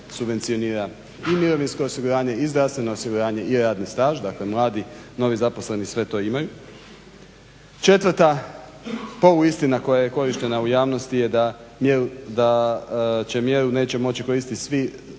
subvencionira i mirovinsko osiguranje i zdravstveno osiguranje i radni staž. Dakle, mladi novi zaposleni sve to imaju. Četvrta poluistina koja je korištena u javnosti je da mjeru neće moći koristit svi,